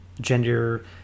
gender